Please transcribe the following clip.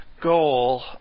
goal